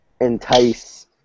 entice